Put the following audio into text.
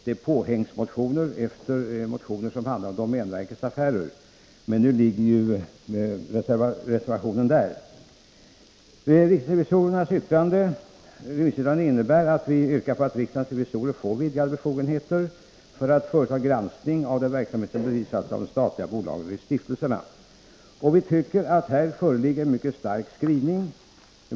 De är ”påhängsmotioner” efter motioner som handlar om domänverkets affärer Men nu finns alltså reservationen där. Riksdagsrevisorernas remissyttrande innebär att vi yrkar på att riksdagens revisorer får vidgade befogenheter för att företa granskning av den verksamhet som bedrivs av statliga bolag och stiftelser. Vi tycker att det här föreligger en mycket stark skrivning.